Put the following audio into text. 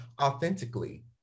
authentically